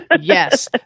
Yes